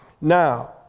Now